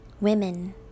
women